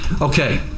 Okay